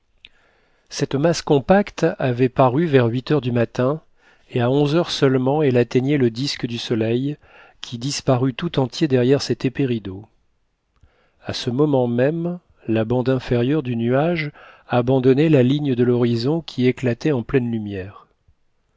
cette masse compacte avait paru vers huit heures du matin et à onze heures seulement elle atteignait le disque du soleil qui disparut tout entier derrière cet épais rideau à ce moment même la bande inférieure du nuage abandonnait la ligne de l'horizon qui éclatait en pleine lumière